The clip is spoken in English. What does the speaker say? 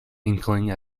inkling